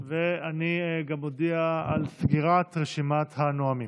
ואני גם מודיע על סגירת רשימת הנואמים.